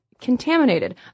contaminated